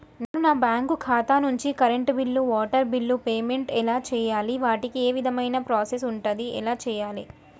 నేను నా బ్యాంకు ఖాతా నుంచి కరెంట్ బిల్లో వాటర్ బిల్లో పేమెంట్ ఎలా చేయాలి? వాటికి ఏ విధమైన ప్రాసెస్ ఉంటది? ఎలా చేయాలే?